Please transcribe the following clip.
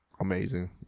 amazing